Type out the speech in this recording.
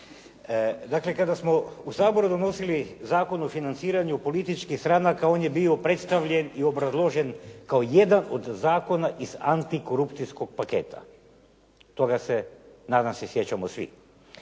Dakle kada smo u Saboru donosili Zakon o financiranju političkih stranaka on je bio predstavljen i obrazložen kao jedan od zakona iz antikorupcijskog paketa. Toga se nadam se, sjećamo svi.